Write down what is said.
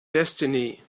destiny